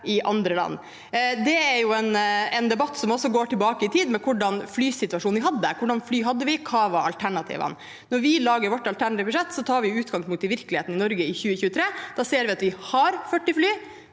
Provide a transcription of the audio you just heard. andre land. Det er en debatt som også går tilbake i tid til den flysituasjonen vi hadde – hva slags fly vi hadde, og hva som var alternativene. Når vi lager vårt alternative budsjett, tar vi utgangspunkt i virkeligheten i Norge i 2023. Da ser vi at vi har 40 fly.